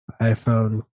iPhone